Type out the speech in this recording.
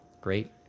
great